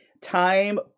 time